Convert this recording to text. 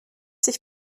sich